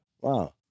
Wow